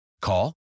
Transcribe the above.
Call